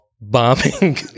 bombing